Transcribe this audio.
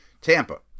Tampa